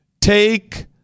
Take